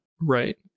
Right